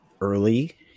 early